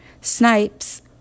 Snipes